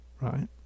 Right